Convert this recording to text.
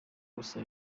gusa